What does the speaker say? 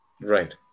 right